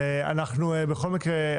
בכל מקרה,